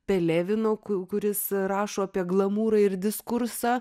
pelevino ku kuris rašo apie glamūrą ir diskursą